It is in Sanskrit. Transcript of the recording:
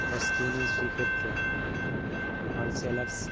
वस्तूनि स्वीकृत्य होल्सेलर्स्